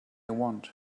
want